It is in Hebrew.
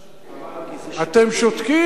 אתם שותקים, אני לא שומע את קולכם,